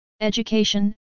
education